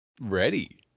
ready